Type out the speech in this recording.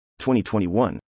2021